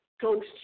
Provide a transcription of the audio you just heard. ghost